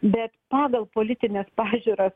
bet pagal politines pažiūras